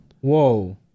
Whoa